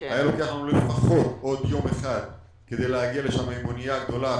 היה לוקח לנו לפחות עוד יום כדי להגיע לשם עם אונייה גדולה,